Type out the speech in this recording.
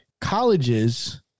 colleges